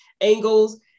angles